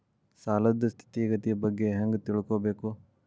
ಸಾಲದ್ ಸ್ಥಿತಿಗತಿ ಬಗ್ಗೆ ಹೆಂಗ್ ತಿಳ್ಕೊಬೇಕು?